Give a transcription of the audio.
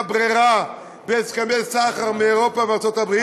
ברירה בהסכמי סחר מאירופה ומארצות הברית,